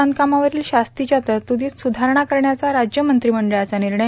बांधकामावरील शास्तीच्या तरतुदीत सुधारणा करण्याचा राज्य मंत्रिमंडळाचा निर्णय